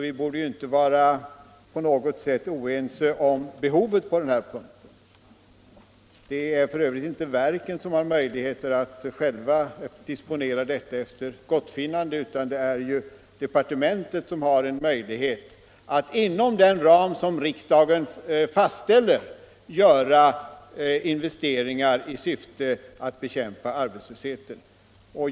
Vi borde alltså inte på något sätt vara oense om behovet på den här punkten. F. ö. har inte verket självt möjligheter att disponera marginalen efter gottfinnande, utan det är departementet som har möjligheter att inom den ram som riksdagen fastställer göra investeringar i syfte att bekämpa arbetslösheten.